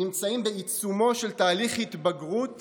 נמצאים בעיצומו של תהליך התבגרות